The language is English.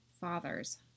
father's